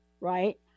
right